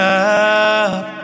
up